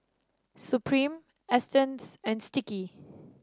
Supreme Astons and Sticky